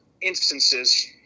instances